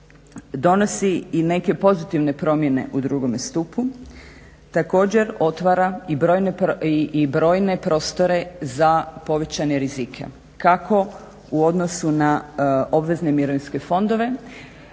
donosi i neke pozitivne promjene u drugome stupu također otvara i brojne prostore za povećane rizike, kako u odnosu na obvezne mirovinske fondove